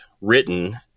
written